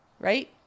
right